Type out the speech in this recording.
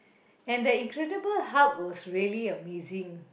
and the incredible Hulk was really amazing